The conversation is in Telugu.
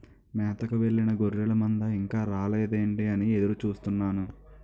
మేతకు వెళ్ళిన గొర్రెల మంద ఇంకా రాలేదేంటా అని ఎదురు చూస్తున్నాను